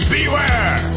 Beware